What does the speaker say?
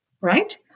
right